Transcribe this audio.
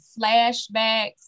flashbacks